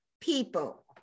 people